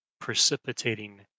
Precipitating